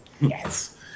yes